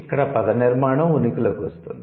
ఇక్కడ పదనిర్మాణం ఉనికిలోకి వస్తుంది